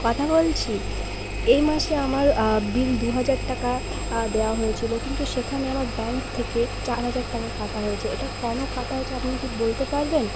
কথা বলছি এই মাসে আমার বিল দু হাজার টাকা দেওয়া হয়েছিল কিন্তু সেখানে আমার ব্যাংক থেকে চার হাজার টাকা কাটা হয়েছে এটা কেন কাটা হয়েছে আপনি কি বলতে পারবেন